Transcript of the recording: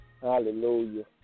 Hallelujah